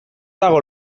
dago